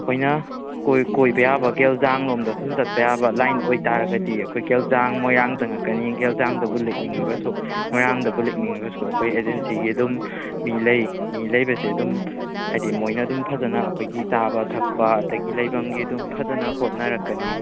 ꯑꯩꯈꯣꯏꯅ ꯀꯣꯏꯕ ꯌꯥꯕ ꯒꯦꯜꯖꯥꯡ ꯂꯣꯝꯗ ꯁꯨꯝ ꯆꯠꯄ ꯌꯥꯕ ꯂꯥꯏꯟ ꯑꯣꯏꯇꯥꯔꯒꯗꯤ ꯑꯩꯈꯣꯏ ꯒꯦꯜꯖꯥꯡ ꯃꯣꯏꯔꯥꯡ ꯆꯪꯂꯛꯀꯅꯤ ꯒꯦꯜꯖꯥꯡꯗꯕꯨ ꯂꯦꯛꯅꯤꯡꯂꯒꯁꯨ ꯃꯣꯏꯔꯥꯡꯗꯕꯨ ꯂꯦꯛꯅꯤꯡꯂꯒꯁꯨ ꯑꯩꯈꯣꯏ ꯑꯦꯖꯦꯟꯁꯤꯒꯤ ꯑꯗꯨꯝ ꯃꯤ ꯂꯩ ꯃꯤ ꯂꯩꯕꯁꯦ ꯑꯗꯨꯝ ꯍꯥꯏꯗꯤ ꯃꯣꯏꯅ ꯑꯗꯨꯝ ꯐꯖꯅ ꯑꯩꯈꯣꯏꯒꯤ ꯆꯥꯕ ꯊꯛꯄ ꯑꯗꯒꯤ ꯂꯩꯐꯝꯒꯤ ꯑꯗꯨꯝ ꯐꯖꯅ ꯍꯣꯠꯅꯔꯛꯀꯅꯤ